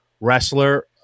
wrestler